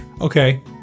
Okay